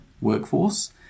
workforce